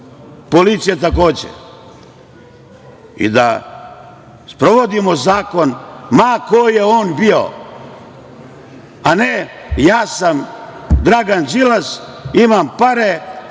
policija takođe. Da sprovodimo zakon, ma ko je on bio, a ne - ja sam Dragan Đilas, imam pare,